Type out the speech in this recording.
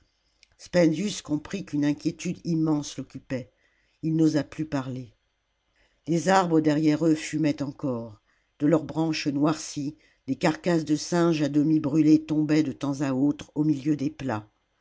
spendius comprit qu'une inquiétude immense l'occupait il n'osa plus parler les arbres derrière eux fumaient encore de leurs branches noircies des carcasses de singes à demi brûlées tombaient de temps à autre au milieu des plats